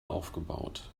aufgebaut